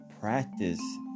practice